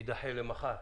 תידחה למחר,